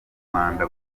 rwanda